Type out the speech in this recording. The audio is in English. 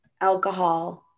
alcohol